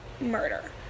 murder